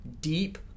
deep